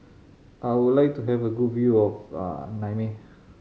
I would like to have a good view of Niamey